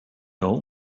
old